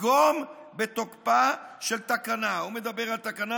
לפגום בתקפה של תקנה" הוא מדבר על תקנה,